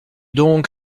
donc